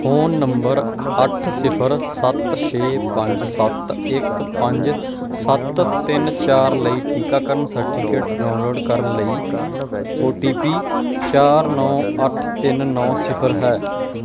phone number ਅੱਠ ਸਿਫਰ ਸੱਤ ਛੇ ਪੰਜ ਸੱਤ ਇੱਕ ਪੰਜ ਸੱਤ ਤਿੰਨ ਚਾਰ ਲਈ ਟੀਕਾਕਰਨ ਸਰਟੀਫਿਕੇਟ ਡਾਊਨਲੋਡ ਕਰਨ ਲਈ ਔ ਟੀ ਪੀ ਚਾਰ ਨੌ ਅੱਠ ਤਿੰਨ ਨੌ ਸਿਫਰ ਹੈ